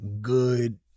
good